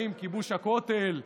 האם כיבוש הכותל,